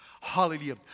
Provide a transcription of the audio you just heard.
Hallelujah